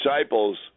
disciples